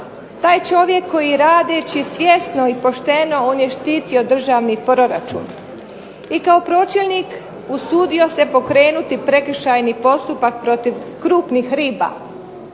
Taj čovjek koji radeći svjesno i pošteno, on je štitio državni proračun, i kao pročelnik usudio se pokrenuti prekršajni postupak protiv krupnih riba.